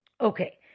okay